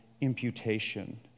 imputation